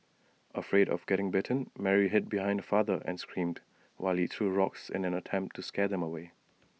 afraid of getting bitten Mary hid behind her father and screamed while he threw rocks in an attempt to scare them away